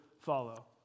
follow